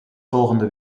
volgende